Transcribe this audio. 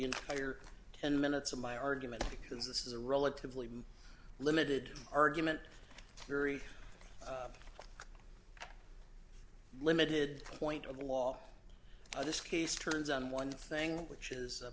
entire ten minutes of my argument because this is a relatively limited argument very limited point of the law in this case turns on one thing which is